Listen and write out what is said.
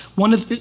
one of the.